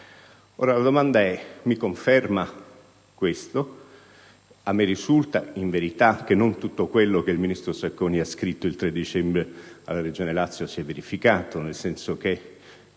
del Governo se può confermare questo dato. A me risulta, in verità, che non tutto quello che il ministro Sacconi ha scritto il 3 dicembre alla Regione Lazio si è verificato, nel senso che